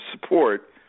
support